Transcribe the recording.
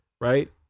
right